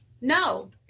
No